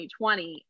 2020